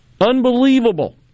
Unbelievable